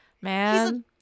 man